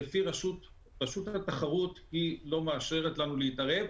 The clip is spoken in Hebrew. רשות התחרות לא מאשרת לנו להתערב,